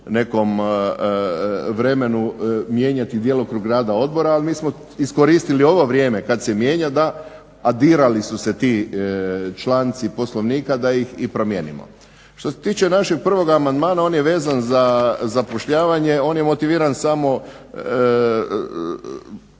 nekom vremenu mijenjati djelokrug rada odbora, ali mi smo iskoristili ovo vrijeme kad se mijenja, da a dirali su se ti članci Poslovnika, da ih i promijenimo. Što se tiče našeg prvog amandmana, on je vezan za zapošljavanje, on je motiviran samo,